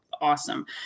Awesome